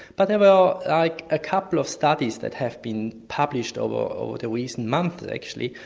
but there are like a couple of studies that have been published over over the recent months actually,